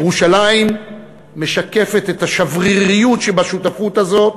ירושלים משקפת את השבריריות שבשותפות הזאת,